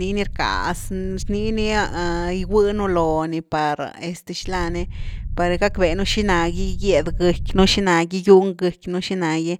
niii ni rckas, nii ni giguenu loni par este xila ni, par gack benu xina gy gyed gëckynu, xina gy giun gëcky nú, cina gy